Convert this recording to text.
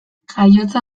jaiotza